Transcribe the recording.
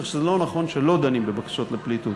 כך שלא נכון שלא דנים בבקשות לפליטות.